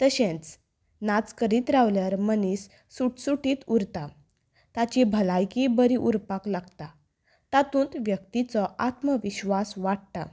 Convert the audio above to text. तशेंच नाच करीत रावल्यार मनीस सुटसुटीत उरता ताची भलायकीय बरी उरपाक लागता तातूंत व्यक्तीचो आत्मविश्वास वाडटा